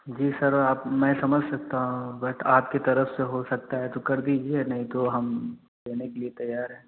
जी sir आप मैं समझ सकता हूँ बट आपकी तरफ से हो सकता है तो कर दीजिए नहीं तो हम देने के लिए तैयार हैं